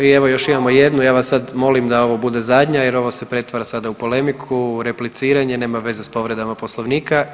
I evo još imamo jednu, ja vas sad molim da ovo bude zadnja jer ovo se pretvara sada u polemiku repliciranje nema veze s povredama poslovnika.